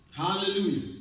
Hallelujah